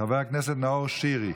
חבר הכנסת נאור שירי,